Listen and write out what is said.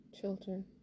children